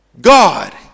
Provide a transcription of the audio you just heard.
God